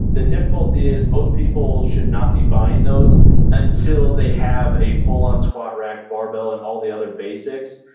the difficulty is most people should not be buying those until they have a full-on-squat rack barbell and all the other basics.